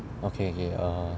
okay okay err